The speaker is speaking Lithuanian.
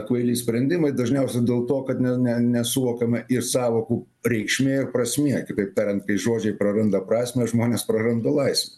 kvaili sprendimai dažniausiai dėl to kad ne ne nesuvokiama ir sąvokų reikšmė ir prasmė kitaip tariant kai žodžiai praranda prasmę žmonės praranda laisvę